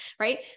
right